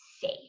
safe